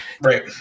Right